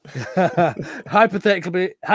Hypothetically